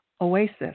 oasis